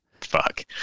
Fuck